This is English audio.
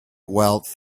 wealth